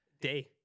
day